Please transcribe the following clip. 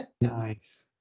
Nice